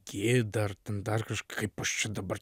kiek dar ten dar kažkaip dabar